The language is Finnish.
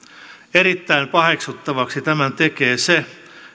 erittäin paheksuttavaksi tämän tekee se